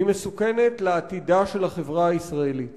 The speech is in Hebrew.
היא מסוכנת לעתידה של החברה הישראלית